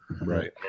right